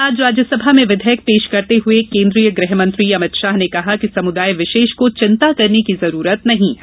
आज राज्यसभा में विधेयक पेश करते हए केन्द्रीय गह मंत्री अमित शाह ने कहा कि समृदाय विशेष को चिन्ता करने की जरूरत नहीं है